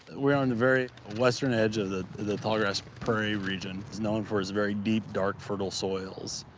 we are on the very western edge of the the tallgrass prairie region. it's known for its very deep, dark, fertile soils.